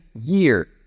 year